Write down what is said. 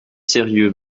sérieux